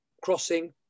crossing